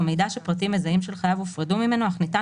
או מידע שפרטים מזהים של חייב הופרדו ממנו אך ניתן